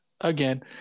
again